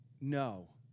No